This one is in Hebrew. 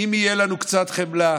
אם תהיה לנו קצת חמלה,